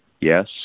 Yes